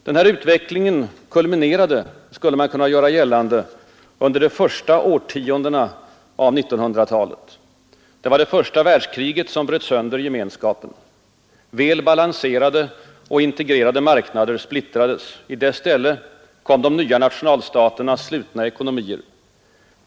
Denna utveckling kulminerade — skulle man kunna göra gällande — under de första årtiondena av 1900-talet. Det var det första världskriget som bröt sönder gemenskapen. Väl balanserade och integrerade marknader splittrades. I dess ställe kom de nya nationalstaternas slutna ekonomier.